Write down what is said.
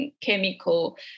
chemical